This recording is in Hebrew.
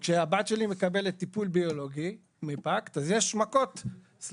וכשהבת שלי מקבלת טיפול ביולוגי --- אז יש מכות בין בית החולים לקופה,